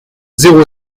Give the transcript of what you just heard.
zéro